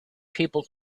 people